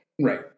right